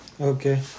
Okay